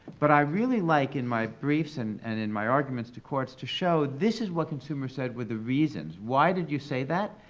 but i really like, in my briefs and and in my arguments to courts, to show, this is what consumers said were the reasons. why did you say that?